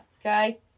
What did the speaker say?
Okay